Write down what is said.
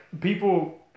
people